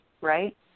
right